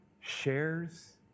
shares